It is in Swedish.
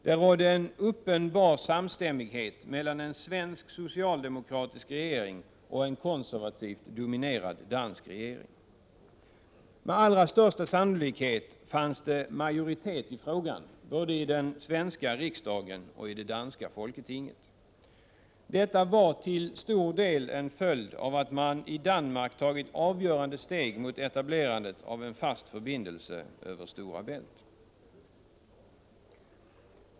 Det rådde en uppenbar samstämmighet mellan en svensk socialdemokratisk regering och en konservativt dominerad dansk regering. Med allra största sannolikhet fanns det majoritet för ett beslut i frågan både i den svenska riksdagen och i det danska folketinget. Detta var till stor del en följd av att man i Danmark hade tagit avgörande steg mot etablerandet av en fast förbindelse över Stora Bält.